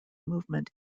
movement